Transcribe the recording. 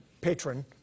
patron